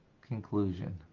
Conclusion